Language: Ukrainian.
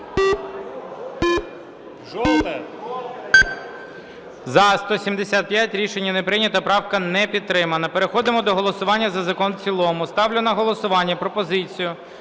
За-175 Рішення не прийнято. Правка не підтримана. Переходимо до голосування за закон в цілому. Ставлю на голосування пропозицію